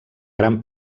gran